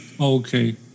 Okay